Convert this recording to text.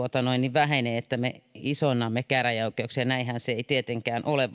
vähene että me isonnamme käräjäoikeuksia näinhän se ei tietenkään ole